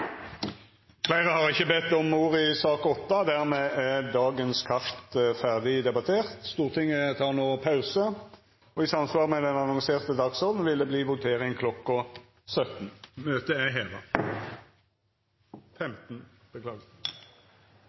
Fleire har ikkje bedt om ordet til sak nr. 8. Dermed er dagens kart ferdig debattert. Stortinget tek no pause, og i samsvar med den annonserte dagsordenen vil det verta votering